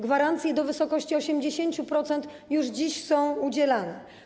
Gwarancje do wysokości 80% już dziś są udzielane.